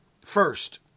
First